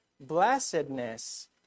blessedness